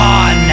on